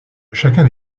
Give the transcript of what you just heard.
chacun